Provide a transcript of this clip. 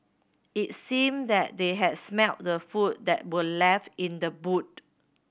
it seemed that they had smelt the food that were left in the boot